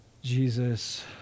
Jesus